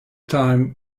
time